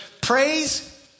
Praise